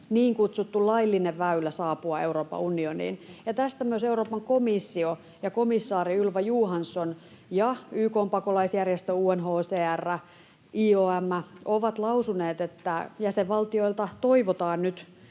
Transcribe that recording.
niin kutsuttu laillinen väylä saapua Euroopan unioniin, ja tästä myös Euroopan komissio ja komissaari Ylva Johansson, YK:n pakolaisjärjestö UNHCR ja IOM ovat lausuneet, että jäsenvaltioilta toivotaan nyt